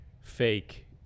fake